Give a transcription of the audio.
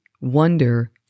wonder